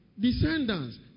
Descendants